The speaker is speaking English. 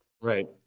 Right